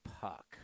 Puck